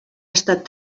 estat